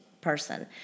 person